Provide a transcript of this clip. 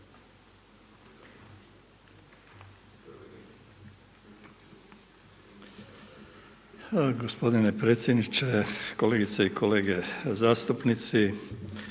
Gospodine predsjedniče, kolegice i kolege zastupnici.